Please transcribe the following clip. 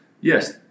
yes